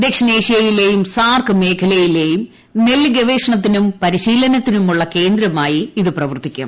ദക്ഷിണേഷ്യയിലെയും SAARC മേഖലയിലെയും നെല്ല് ഗവേഷണത്തിനും പരിശീലനത്തിനുമുള്ള കേന്ദ്രമായി ഇത് പ്രവർത്തിക്കും